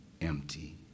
empty